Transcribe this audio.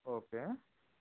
okay